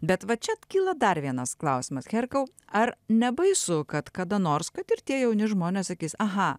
bet va čia kyla dar vienas klausimas herkau ar nebaisu kad kada nors kad ir tie jauni žmonės sakys aha